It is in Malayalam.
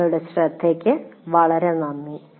നിങ്ങളുടെ ശ്രദ്ധയ്ക്ക് വളരെ നന്ദി